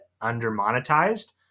under-monetized